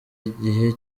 igihe